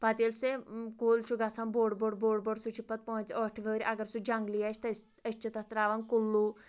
پَتہٕ ییٚلہِ سے کُل چھُ گژھان بوٚڈ بوٚڈ بوٚڈ بوٚڈ سُہ چھُ پتہٕ پٲنٛژھِ ٲٹھِ وٕہٕرۍ اگر سُہ جنٛگلی آسِہ تہٕ أسۍ چھِ تَتھ ترٛاوَان کُلوٗ